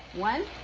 one.